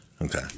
Okay